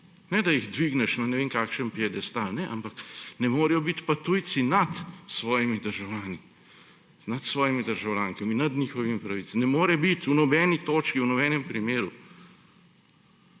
Ne da jih dvigneš na ne vem kakšen piedestal. Ne, ampak ne morejo biti tujci nad svojimi državljani, nad njihovimi pravicami. Ne more biti v nobeni točki, v nobenem primeru.